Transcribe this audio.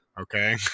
okay